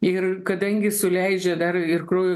ir kadangi suleidžia dar ir kraujo